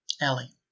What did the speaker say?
ellie